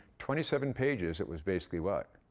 twenty seven pages it was basically what?